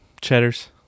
cheddars